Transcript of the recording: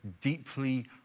deeply